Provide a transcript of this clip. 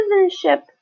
Citizenship